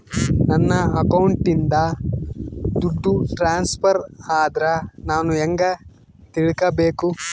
ನನ್ನ ಅಕೌಂಟಿಂದ ದುಡ್ಡು ಟ್ರಾನ್ಸ್ಫರ್ ಆದ್ರ ನಾನು ಹೆಂಗ ತಿಳಕಬೇಕು?